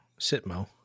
Sitmo